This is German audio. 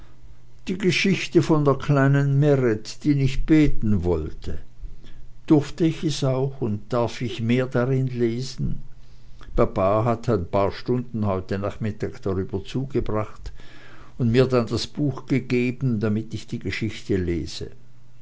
die geschichte von der kleinen meret die nicht beten wollte durfte ich es auch und darf ich mehr darin lesen papa hat ein paar stunden heute nachmittag darüber zugebracht und mir dann das buch gegeben damit ich die geschichte lese